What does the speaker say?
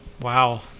Wow